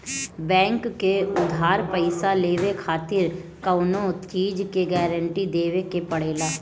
bank से उधार पईसा लेवे खातिर कवनो चीज के गारंटी देवे के पड़ेला